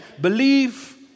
believe